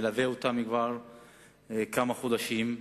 מלווה אותן כבר כמה חודשים,